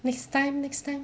next time next time